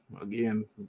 again